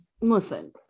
listen